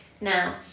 now